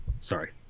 Sorry